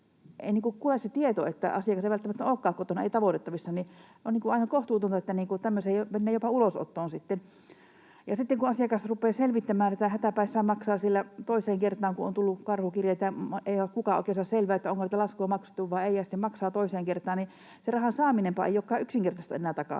ei kulje se tieto, että asiakas ei välttämättä olekaan kotona, ei ole tavoitettavissa, ja on aivan kohtuutonta, että tämmöisiä menee sitten jopa ulosottoon. Ja sitten kun asiakas rupeaa selvittämään tätä, hätäpäissään maksaa ne toiseen kertaan, kun on tullut karhukirjeitä — kukaan ei oikein saa selvää, onko niitä laskuja maksettu vai ei, ja sitten maksaa toiseen kertaan — niin se rahan takaisin saaminenpa ei olekaan enää yksinkertaista. Se on ihan